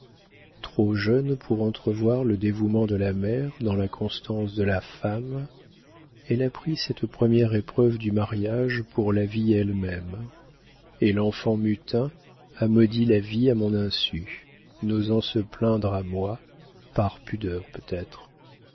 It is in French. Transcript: trop jeune pour entrevoir le dévouement de la mère dans la constance de la femme elle a pris cette première épreuve du mariage pour la vie elle-même et l'enfant mutin a maudit la vie à mon insu n'osant se plaindre à moi par pudeur peut-être